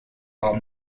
while